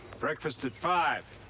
breakfast at five